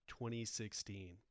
2016